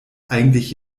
eigentlich